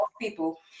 people